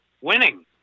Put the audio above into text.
winning